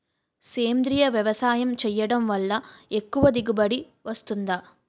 సేంద్రీయ వ్యవసాయం చేయడం వల్ల ఎక్కువ దిగుబడి వస్తుందా?